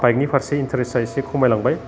बाइकनि फारसे इन्थारेस्टा एसे खमायलांबाय